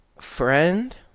friend